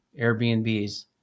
Airbnbs